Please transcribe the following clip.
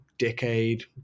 decade